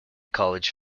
college